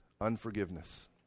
Unforgiveness